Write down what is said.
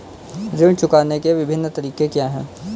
ऋण चुकाने के विभिन्न तरीके क्या हैं?